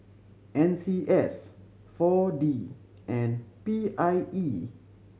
N C S Four D and P I E